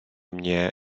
mnie